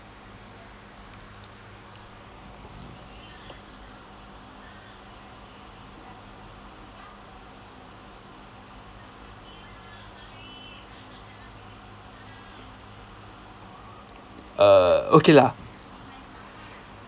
uh okay lah